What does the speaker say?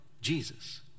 Jesus